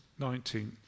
19